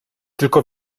tylko